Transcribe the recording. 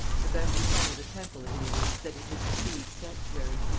the best sign of a temple in it is, that it is the thieves sanctuary.